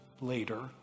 later